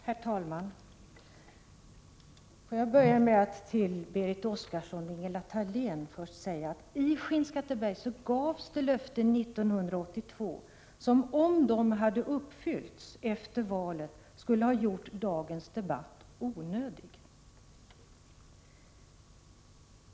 Herr talman! Får jag börja med att till Berit Oscarsson och Ingela Thalén säga att det i Skinnskatteberg gavs löften 1982, löften som om de hade uppfyllts efter valet skulle ha gjort dagens debatt onödig.